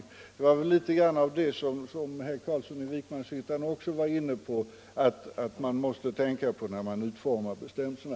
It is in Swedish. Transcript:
Det var väl litet grand av det som herr Carlsson i Vikmanshyttan menade att man måste tänka på när utformar bestämmelserna.